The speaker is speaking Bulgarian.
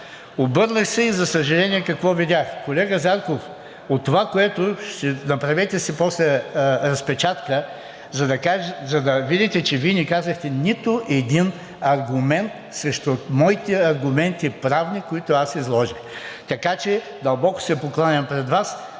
Обърнах се и, за съжаление, какво видях? Колега Зарков, направете си после разпечатка, за да видите, че Вие не казахте нито един аргумент срещу моите правни аргументи, които аз изложих. Така че дълбоко се покланям пред Вас,